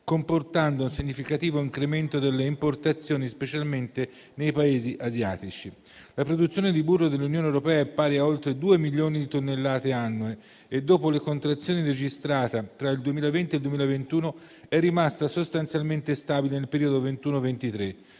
comportando un significativo incremento delle importazioni, specialmente nei Paesi asiatici. La produzione di burro dell'Unione europea è pari a oltre 2 milioni di tonnellate annue e, dopo la contrazione registrata tra il 2020 e il 2021, è rimasta sostanzialmente stabile nel periodo 2021-2023,